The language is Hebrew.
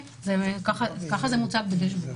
כן, כך זה מוצג בדשבורד.